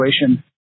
situation